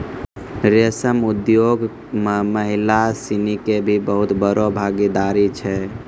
रेशम उद्योग मॅ महिला सिनि के भी बहुत बड़ो भागीदारी छै